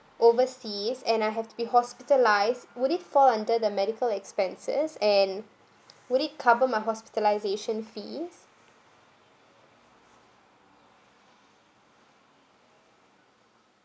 overseas and I have to be hospitalised would it fall under the medical expenses and will it cover my hospitalisation fees